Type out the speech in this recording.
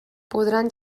podran